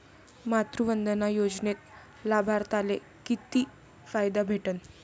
मातृवंदना योजनेत लाभार्थ्याले किती फायदा भेटन?